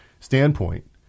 standpoint